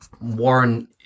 Warren